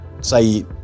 Say